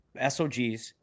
SOGs